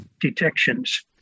detections